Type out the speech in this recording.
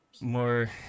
More